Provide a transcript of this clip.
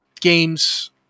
games